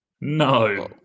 No